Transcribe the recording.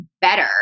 better